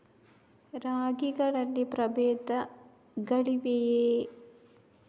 ರಾಗಿಗಳಲ್ಲಿ ಪ್ರಬೇಧಗಳಿವೆಯೇ?